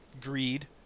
greed